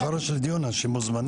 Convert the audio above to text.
מחר יש דיון, אנשים מוזמנים.